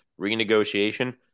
renegotiation